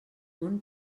món